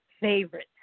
favorite